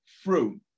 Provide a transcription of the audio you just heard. fruit